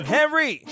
Henry